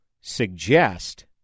suggest